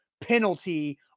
penalty